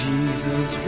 Jesus